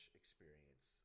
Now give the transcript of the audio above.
experience